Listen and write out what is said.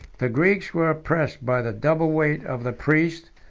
the greeks were oppressed by the double weight of the priest,